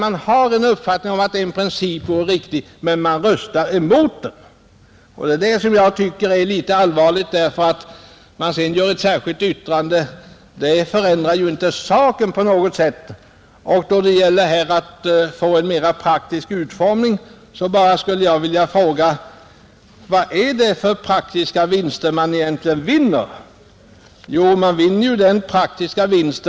Man har således en uppfattning om vad som i princip är riktigt, men man röstar mot sin mening. Det är det jag tycker är litet allvarligt, och att dessa utskottsledamöter sedan fogar ett särskilt yttrande till betänkandet förändrar inte saken på något sätt. När det gäller påståendet att Kungl. Maj:ts förslag skulle ge en mer praktisk ordning vill jag fråga: Vad gör man egentligen för praktiska vinster med det förslaget?